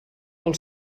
pel